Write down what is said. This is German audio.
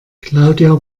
claudia